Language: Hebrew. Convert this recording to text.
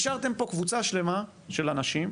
השארתם פה קבוצה שלמה של אנשים